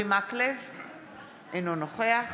אינו נוכח